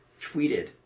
tweeted